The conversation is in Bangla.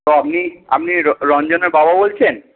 তো আপনি আপনি রঞ্জনের বাবা বলছেন